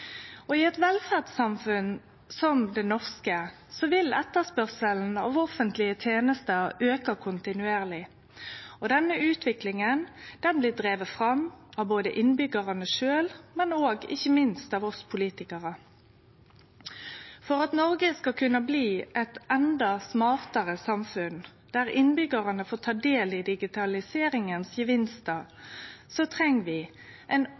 mot. I eit velferdssamfunn som det norske vil etterspørselen av offentlege tenester auke kontinuerleg. Denne utviklinga blir driven fram av innbyggjarane sjølve, men ikkje minst av oss politikarar. For at Noreg skal kunne bli eit endå smartare samfunn, der innbyggjarane får ta del i digitaliseringas gevinstar, treng vi ein